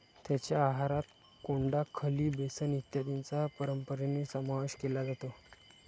त्यांच्या आहारात कोंडा, खली, बेसन इत्यादींचा परंपरेने समावेश केला जातो